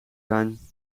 zijn